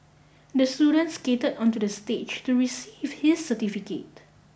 the student skated onto the stage to receive his certificate